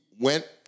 went